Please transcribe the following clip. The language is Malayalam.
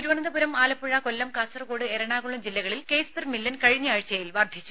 തിരുവനന്തപുരം ആലപ്പുഴ കൊല്ലം കാസർഗോഡ് എറണാകുളം ജില്ലകളിൽ കേസ് പെർ മില്യൺ കഴിഞ്ഞ ആഴ്ചയിൽ വർധിച്ചു